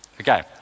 okay